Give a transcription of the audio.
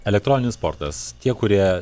elektroninis sportas tie kurie